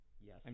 Yes